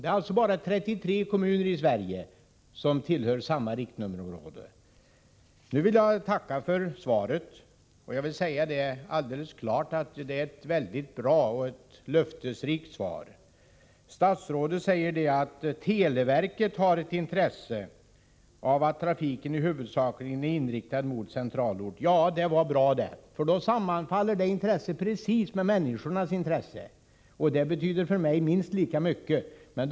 Det är alltså bara 33 kommuner i Sverige som har samma riktnummerområde i hela kommunen. Jag vill tacka för svaret — det är ett bra och löftesrikt svar. Statsrådet säger att televerket har ett intresse av att områden vars trafik huvudsakligen är inriktad mot en centralort skall ha samma riktnummer som centralorten. Det är bra, för det intresset sammanfaller med människornas intresse, och det betyder minst lika mycket för mig.